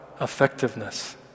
effectiveness